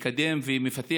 מקדם ומפתח,